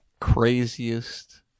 craziest